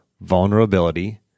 vulnerability